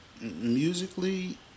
musically